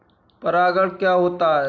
परागण क्या होता है?